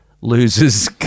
losers